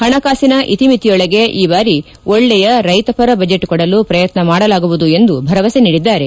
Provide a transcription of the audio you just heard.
ಹಣಕಾಸಿನ ಇತಿಮಿತಿಯೊಳಗೆ ಈ ಬಾರಿ ಒಳ್ಳೆಯ ರೈತಪರ ಬಜೆಟ್ ಕೊಡಲು ಪ್ರಯತ್ನ ಮಾಡಲಾಗುವುದು ಎಂದು ಭರವಸೆ ನೀಡಿದ್ದಾರೆ